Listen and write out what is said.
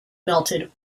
melted